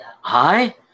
Hi